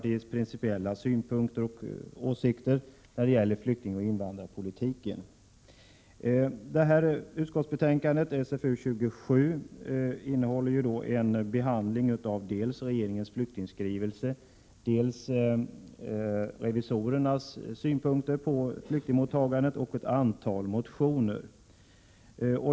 I socialförsäkringsutskottets betänkande 27 behandlas dels regeringens skrivelse om flyktingpolitiken, dels revisorernas synpunkter på flyktingmottagandet och dessutom ett antal motioner.